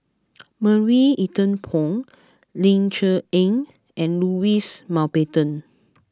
Marie Ethel Bong Ling Cher Eng and Louis Mountbatten